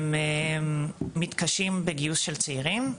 הם מתקשים בגיוס של צעירים.